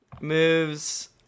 moves